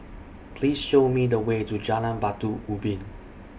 Please Show Me The Way to Jalan Batu Ubin